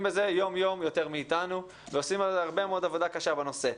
בזה יום יום יותר מאתנו ועושים הרבה מאוד עבודה קשה בנושא,